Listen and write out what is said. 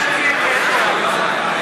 אני רוצה שזה יהיה,